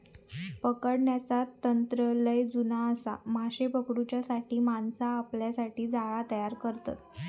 पकडण्याचा तंत्र लय जुना आसा, माशे पकडूच्यासाठी माणसा आपल्यासाठी जाळा तयार करतत